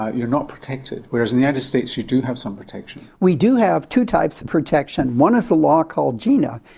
ah you're not protected, whereas in the united states you do have some protection. we do have two types of protection. one is the law called gina,